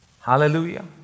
Hallelujah